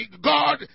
God